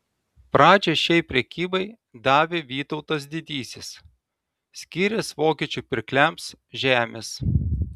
pradžią šiai prekybai davė vytautas didysis skyręs vokiečių pirkliams žemės